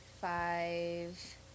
five